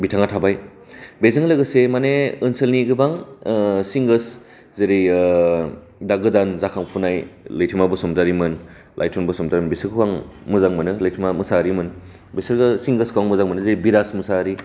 बिथाङा थाबाय बेजों लोगोसे माने ओनसोलनि गोबां सिंगारस जेरै दा गोदान जाखाफुंनाय लैथोमा बसुमतारीमोन लाइथुम बसुमतारीमोन बिसोरखौ आं मोजां मोनो लैथोमा मोसाहारिमोन बिसोर सिंगासखौ आं मोजां मोनो बिराज मोसाहारि